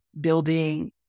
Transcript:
building